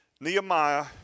Nehemiah